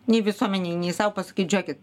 nei visuomenei nei sau paskaičiuokit